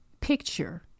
picture